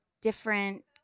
different